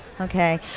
Okay